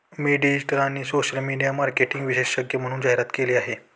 मी digital आणि social media marketing विशेषज्ञ म्हणून जाहिरात केली आहे